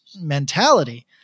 mentality